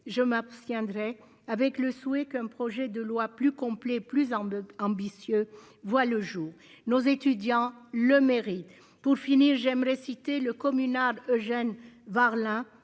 je m'abstiendrai avec le souhait qu'un projet de loi plus complet, plus en 2. Ambitieux, voit le jour. Nos étudiants le mérite pour finir j'aimerais citer le communard Eugène Varlin,